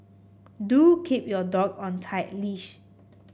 do keep your dog on a tight leash